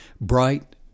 bright